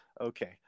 Okay